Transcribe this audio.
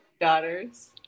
daughters